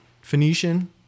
Phoenician